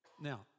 Now